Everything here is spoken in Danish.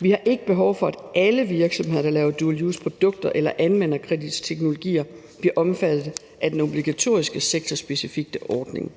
Vi har ikke behov for, at alle virksomheder, der laver dual use-produkter eller anvender kritiske teknologier, bliver omfattet af den obligatoriske sektorspecifikke ordning.